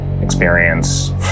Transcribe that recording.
experience